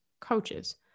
coaches